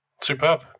Superb